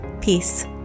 Peace